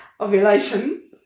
Ovulation